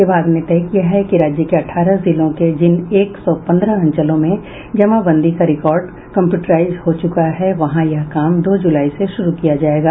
विभाग ने तय किया है कि राज्य के अठारह जिलों के जिन एक सौ पंद्रह अंचलों में जमाबंदी का रिकॉर्ड कम्प्यूटराइज्ड हो चुका है वहां यह काम दो जुलाई से शुरू किया जायेगा